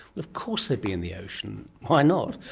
of course they'd be in the ocean! why not?